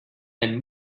and